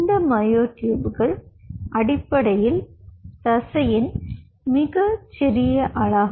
இந்த மயோட்டூப்கள் அடிப்படையில் தசையின் மிகச்சிறிய அலகு